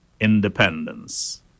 independence